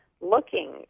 looking